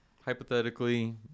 hypothetically